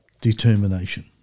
determination